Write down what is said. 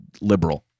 liberal